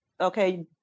okay